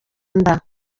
nda